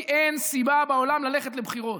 כי אין סיבה בעולם ללכת לבחירות.